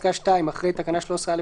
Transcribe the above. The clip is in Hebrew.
(ב)בפסקה (2), אחרי "תקנה 13(א)(2)